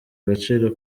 agaciro